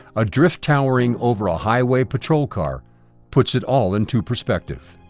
a drift towering over a highway patrol car puts it all into perspective.